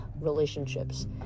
relationships